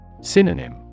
Synonym